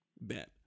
bet